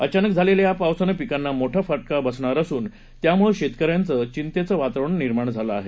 अचानक झालेल्या या पावसानं पिकांना मोठा फटका बसणार असून यामुळं शेतकऱ्यांमध्ये चितेचं वातावरण निर्माण झालं आहे